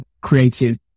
creative